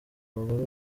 bagore